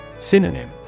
Synonym